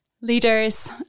leaders